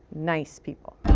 nice people.